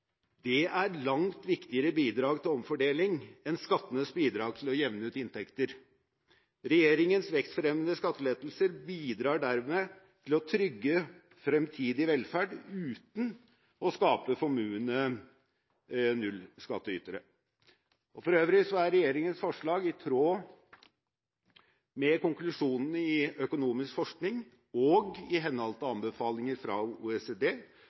Det er langt viktigere bidrag til omfordeling enn skattenes bidrag til å jevne ut inntekter. Regjeringens vekstfremmende skattelettelser bidrar dermed til å trygge fremtidig velferd uten å skape formuende nullskatteytere. For øvrig er regjeringens forslag i tråd med konklusjonene i økonomisk forskning og i henhold til anbefalinger fra OECD